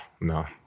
no